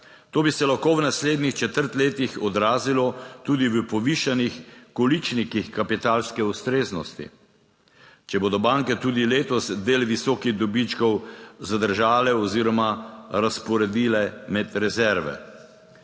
To bi se lahko v naslednjih četrtletjih odrazilo tudi v povišanih količnikih kapitalske ustreznosti, če bodo banke tudi letos del visokih dobičkov zadržale oziroma razporedile med rezerve.